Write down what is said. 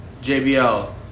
JBL